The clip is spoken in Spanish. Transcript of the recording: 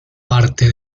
parte